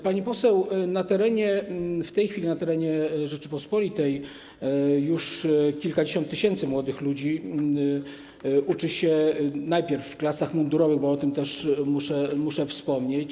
Pani poseł, w tej chwili na terenie Rzeczypospolitej już kilkadziesiąt tysięcy młodych ludzi uczy się najpierw w klasach mundurowych, bo o tym też muszę wspomnieć.